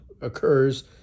occurs